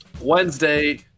Wednesday